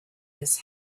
this